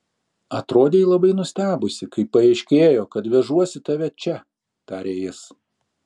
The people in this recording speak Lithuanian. atrodei labai nustebusi kai paaiškėjo kad vežuosi tave čia tarė jis